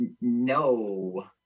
No